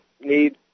need